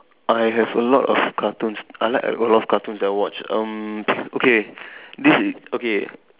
I have a lot of cartoons I like a lot of cartoons that I watch um okay this is okay